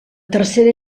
tercera